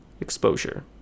exposure